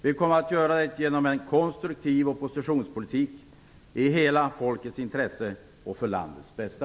Vi kommer att göra det genom en konstruktiv oppositionspolitik i hela folkets intresse och för landets bästa.